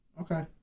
Okay